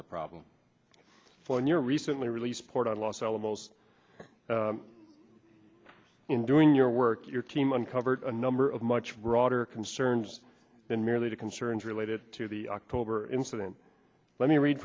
of the problem for in your recently released port of los alamos in doing your work your team uncovered a number of much broader concerns than merely the concerns related to the october incident let me read